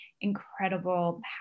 incredible